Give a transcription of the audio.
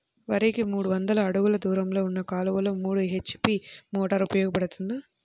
వరికి మూడు వందల అడుగులు దూరంలో ఉన్న కాలువలో మూడు హెచ్.పీ మోటార్ ఉపయోగపడుతుందా?